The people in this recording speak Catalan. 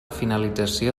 finalització